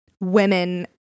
women